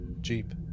jeep